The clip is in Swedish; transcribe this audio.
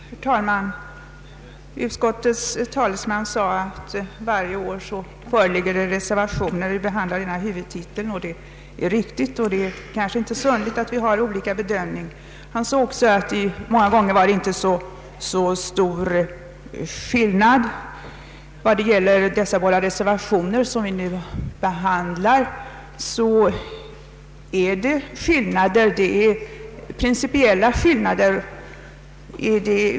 Herr talman! Utskottets talesman sade att det varje år avgetts reservationer vid behandlingen av den huvudtitel det här gäller. Det är riktigt, och det är kanske inte heller så underligt att vi har olika bedömning. Han sade också att det många gånger inte förelåg så stora skillnader mellan reservationerna och utskottets förslag. Men det föreligger ju ändå principiella skillnader.